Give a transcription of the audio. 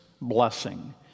blessing